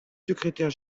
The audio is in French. secrétaire